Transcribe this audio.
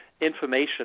information